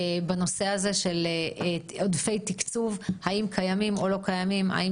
בנושא הזה של עודפי תקצוב: האם קיימים או לא קיימים והאם